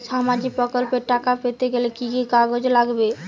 সামাজিক প্রকল্পর টাকা পেতে গেলে কি কি কাগজ লাগবে?